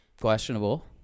Questionable